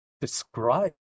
describe